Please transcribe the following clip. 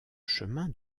chemin